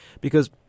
because-